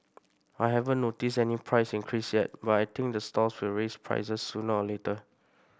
I haven't noticed any price increase yet but I think the stalls will raise prices sooner or later